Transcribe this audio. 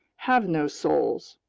have no souls!